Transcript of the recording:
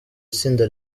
itsinda